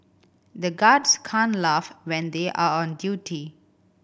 the guards can't laugh when they are on duty